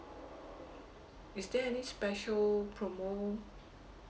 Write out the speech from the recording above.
is there any special promo